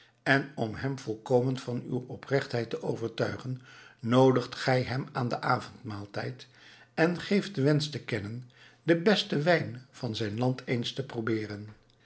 en om hem volkomen van uw oprechtheid te overtuigen noodigt gij hem aan den avondmaaltijd en geeft den wensch te kennen den besten wijn van zijn land eens te probeeren